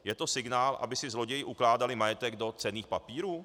Je to signál, aby si zloději ukládali majetek do cenných papírů?